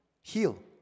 heal